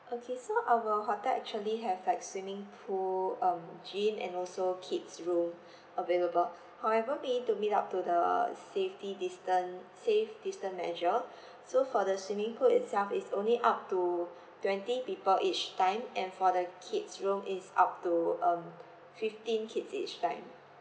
okay so our hotel actually have like swimming pool um gym and also kids room available however we need to meet up to the safety distan~ safe distance measure so for the swimming pool itself it's only up to twenty people each time and for the kids room is up to um fifteen kids each time